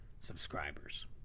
subscribers